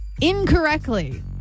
incorrectly